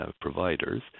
providers